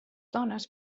dones